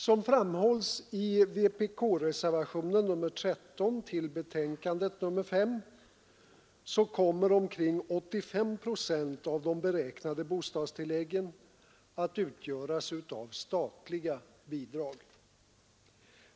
Såsom framhålls i vpk-reservationen 13 vid betänkandet nr 5 kommer omkring 85 procent av de beräknade bostadstilläggen att utgöras av statliga bidrag.